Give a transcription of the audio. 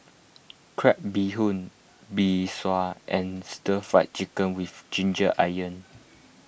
Crab Bee Hoon Mee Sua and Stir Fried Chicken with Ginger Onions